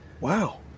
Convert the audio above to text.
Wow